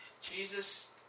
Jesus